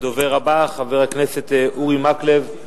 הדובר הבא, חבר הכנסת אורי מקלב.